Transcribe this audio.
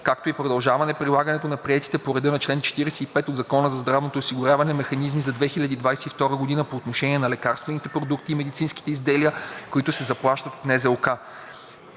както и продължаване прилагането на приетите по реда на чл. 45 от Закона за здравното осигуряване механизми за 2022 г. по отношение на лекарствените продукти и медицинските изделия, които се заплащат от НЗОК.